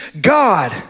God